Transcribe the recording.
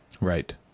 right